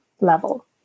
level